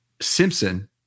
Simpson